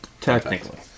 Technically